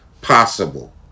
possible